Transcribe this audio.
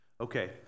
Okay